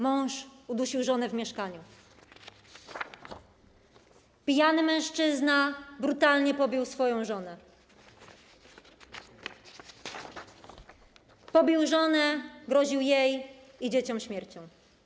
Mąż udusił żonę w mieszkaniu”, „Pijany mężczyzna brutalnie pobił swoją żonę”, „Pobił żonę i groził jej i dzieciom śmiercią”